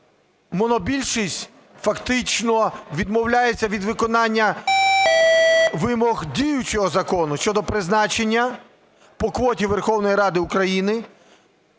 монобільшість фактично відмовляється від виконання вимог діючого закону щодо призначення по квоті Верховної Ради України